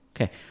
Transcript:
Okay